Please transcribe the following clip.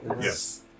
Yes